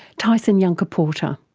tyson yunkaporta.